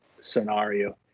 scenario